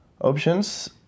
options